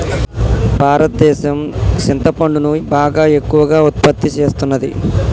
భారతదేసం సింతపండును బాగా ఎక్కువగా ఉత్పత్తి సేస్తున్నది